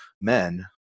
men